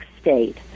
State